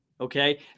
Okay